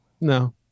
no